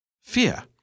Fear